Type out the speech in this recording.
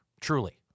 Truly